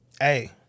Hey